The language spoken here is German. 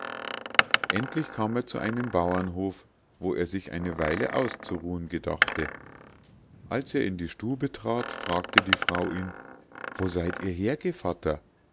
endlich kam er zu einem bauerhof wo er sich eine weile auszuruhen gedachte als er in die stube trat fragte die frau ihn wo seid ihr